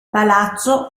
palazzo